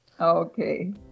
Okay